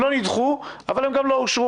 הם לא נדחו אבל הם גם לא אושרו,